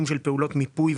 שלום לכולם,